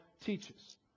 teaches